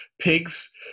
pigs